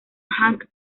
hank